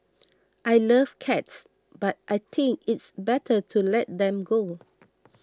I love cats but I think it's better to let them go